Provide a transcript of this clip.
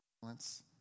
violence